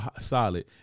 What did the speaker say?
solid